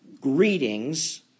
greetings